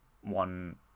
one